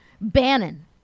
Bannon